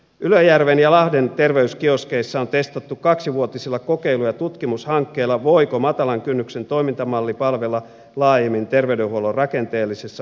ylöjärven ja lahden terveyskioskeissa on testattu kaksivuotisilla kokeilu ja tutkimushakkeilla voiko matalan kynnyksen toimintamalli palvella laajemmin terveydenhuollon rakenteellisessa uudistamisessa